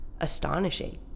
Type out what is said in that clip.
astonishing